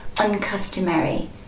uncustomary